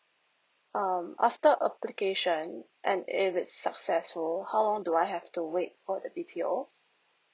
um after application and if it's successful how long do I have to wait for the B_T_O